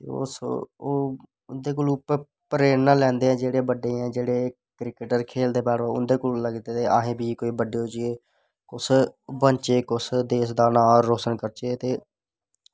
ते उं'दे कोलूं प्रेरणा लैंदे जेह्ड़े बड्डे क्रिकेट खेढदे ते कोल कि अस बी बड्डे होई गे ते बनचै ते कुसै देश दा नांऽ रोशन करचै ते